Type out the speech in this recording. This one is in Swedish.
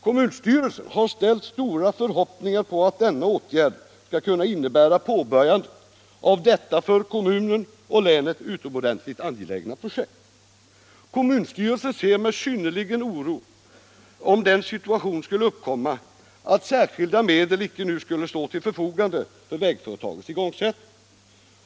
Kommunstyrelsen har ställt stora förhoppningar på att denna åtgärd skall kunna innebära påbörjande av detta för kommunen och länet utomordentligt angelägna projekt. Kommunstyrelsen ser med synnerlig oro om den situationen skulle uppkomma att särskilda medel icke nu skulle stå till förfogande för vägföretagets igångsättning.